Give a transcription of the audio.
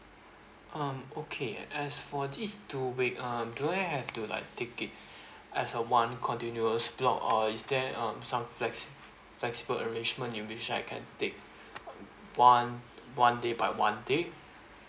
um okay as for this to wait um do I have to like take it as a one continuous block or is there um some flex flexible arrangement you which I can take uh one one day but one day